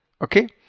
okay